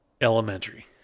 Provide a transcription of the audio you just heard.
Elementary